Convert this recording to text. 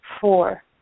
Four